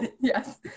Yes